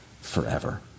forever